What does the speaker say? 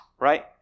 right